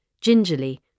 Gingerly